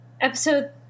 Episode